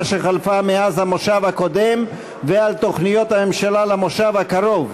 שחלפה מאז המושב הקודם ועל תוכניות הממשלה למושב הקרוב.